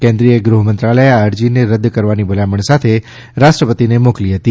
કેન્દ્રીય ગૃહમંત્રાલયે આ અરજીને રદ કરવાની ભલામણ સાથે રાષ્ટ્રપતિશ્રીને મોકલી હતી